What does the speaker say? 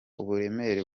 uburemere